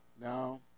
Now